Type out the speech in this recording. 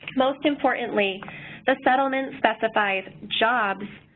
most importantly the settlement specifies jobs,